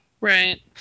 right